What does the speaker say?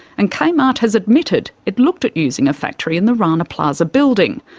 and kmart has admitted it looked at using a factory in the rana plaza building.